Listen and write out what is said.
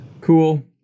Cool